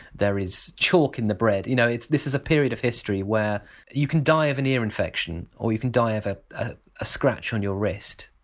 there is chalk in the bread you know this is a period of history where you can die of an ear infection or you can die of ah ah a scratch on your wrist.